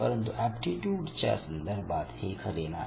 परंतु एप्टीट्यूड च्या संदर्भात हे खरे नाही